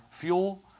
fuel